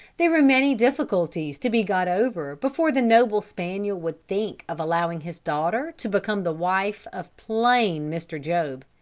there were many difficulties to be got over before the noble spaniel would think of allowing his daughter to become the wife of plain mr. job.